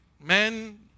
Men